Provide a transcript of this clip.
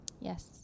yes